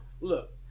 Look